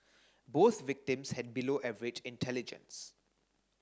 both victims had below average intelligence